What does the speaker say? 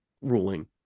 ruling